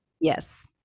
Yes